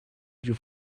you